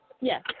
Yes